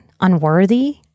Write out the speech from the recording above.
unworthy